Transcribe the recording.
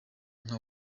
nka